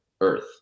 earth